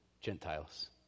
Gentiles